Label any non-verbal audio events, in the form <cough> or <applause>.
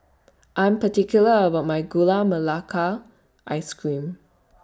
<noise> I'm particular about My Gula Melaka Ice Cream <noise>